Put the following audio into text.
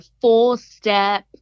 four-step